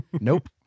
Nope